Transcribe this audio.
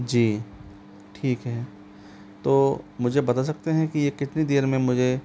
जी ठीक है तो मुझे बता सकते हैं कि ये कितनी देर में मुझे